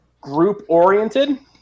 group-oriented